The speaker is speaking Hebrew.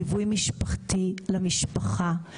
ליווי משפחתי למשפחה,